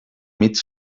mig